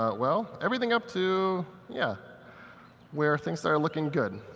ah well, everything up to yeah where things started looking good.